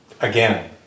Again